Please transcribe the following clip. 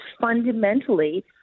fundamentally